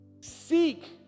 Seek